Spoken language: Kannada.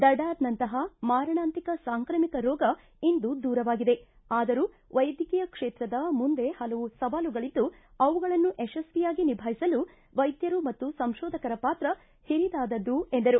ದಢಾರದಂತಹ ಮಾರಣಾಂತಿಕ ಸಾಂಕ್ರಾಮಿಕ ರೋಗ ಇಂದು ದೂರವಾಗಿದೆ ಆದರೂ ವೈದ್ಯಕೀಯ ಕ್ಷೇತ್ರದ ಮುಂದೆ ಹಲವು ಸವಾಲುಗಳಿದ್ದು ಅವುಗಳನ್ನು ಯಶಸ್ವಿಯಾಗಿ ನಿಭಾಯಿಸಲು ವೈದ್ಯರು ಮತ್ತು ಸಂಶೋಧಕರ ಪಾತ್ರ ಹಿರಿದಾದದ್ದು ಎಂದರು